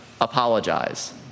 Apologize